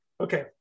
okay